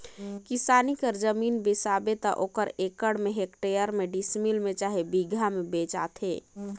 किसानी कर जमीन बेसाबे त ओहर एकड़ में, हेक्टेयर में, डिसमिल में चहे बीघा में बेंचाथे